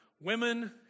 women